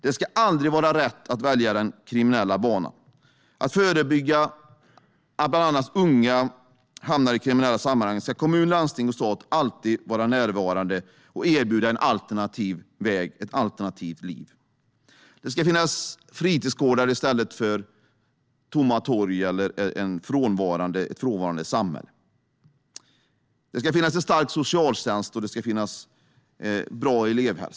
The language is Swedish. Det ska aldrig vara rätt att välja den kriminella banan. Det gäller att förebygga att bland andra unga hamnar i kriminella sammanhang. Därför ska kommun, landsting och stat alltid vara närvarande och erbjuda en alternativ väg och ett alternativt liv. Det ska finnas fritidsgårdar i stället för tomma torg eller ett frånvarande samhälle. Det ska finnas en stark socialtjänst, och det ska finnas bra elevhälsa.